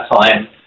time